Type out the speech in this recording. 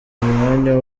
umwanya